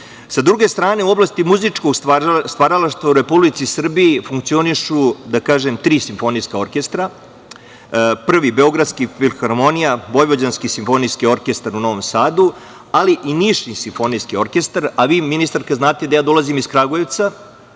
druge strane, u oblasti muzičkog stvaralaštva u Republici Srbiji funkcionišu tri simfonijska orkestra: Beogradska filharmonija, Vojvođanski simfonijski orkestar u Novom Sadu, ali i Niški simfonijski orkestar, a vi, ministarka, znate da dolazim iz Kragujevca,